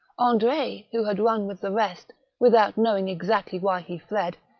andre, who had run with the rest, without knowing exactly why he fled,